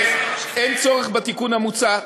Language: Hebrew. אין צורך בתיקון המוצע,